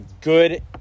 good